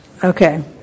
Okay